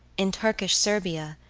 in turkish serbia,